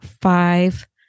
five